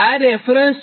આ રેફરન્સ છે